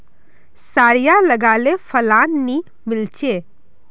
सारिसा लगाले फलान नि मीलचे?